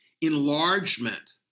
enlargement